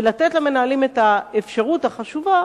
ויש לתת למנהלים את האפשרות החשובה